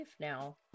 now